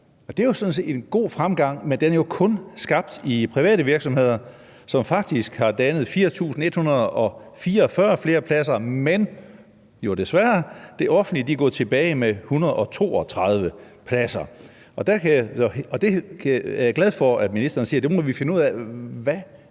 set en god fremgang, men den er jo kun skabt i private virksomheder, som faktisk har skabt 4.144 flere pladser, hvorimod det offentlige desværre er gået tilbage med 132 pladser. Der er jeg glad for, at ministeren siger, at vi må finde ud af, hvad